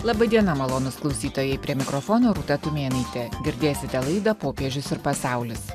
laba diena malonūs klausytojai prie mikrofono rūta tumėnaitė girdėsite laidą popiežius ir pasaulis